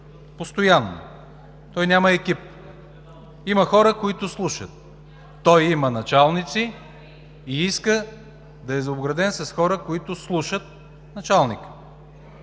постоянно, той няма екип, има хора, които слушат. Той има началници и иска да е обграден с хора, които слушат началника.